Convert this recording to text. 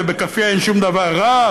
ובכאפיה אין שום דבר רע,